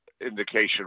indication